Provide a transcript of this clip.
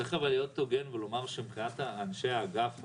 צריך אבל להיות הוגן ולומר שמבחינת אנשי האגף,